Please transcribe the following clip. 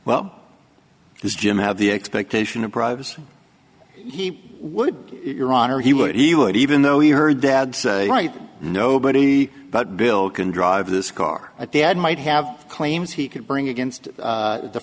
well there's jim have the expectation of privacy he would your honor he would he would even though he her dad right nobody but bill can drive this car a dad might have claims he could bring against